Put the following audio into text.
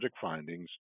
findings